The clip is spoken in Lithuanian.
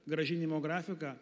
grąžinimo grafiką